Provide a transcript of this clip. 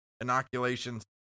inoculations